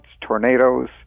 tornadoes